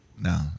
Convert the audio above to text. No